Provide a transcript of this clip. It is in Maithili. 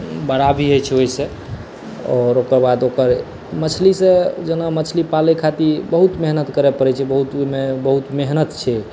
बड़ा भी होइ छै ओहि सॅं आओर ओकर बाद ओकर मछली सॅं जेना मछली पालय खातिर बहुत मेहनत करय परै छै बहुत दूर मे बहुत मेहनत छै